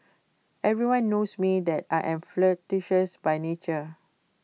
everyone knows me that I am flirtatious by nature